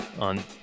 on